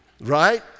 right